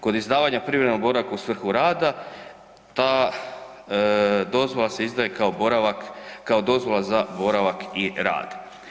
Kod izdavanja privremenog boravka u svrhu rada ta dozvola se izdaje kao boravak, kao dozvola za boravak i rad.